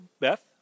Beth